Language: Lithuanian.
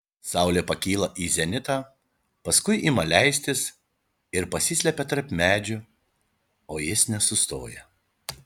saulė pakyla į zenitą paskui ima leistis ir pasislepia tarp medžių o jis nesustoja